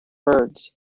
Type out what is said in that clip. birds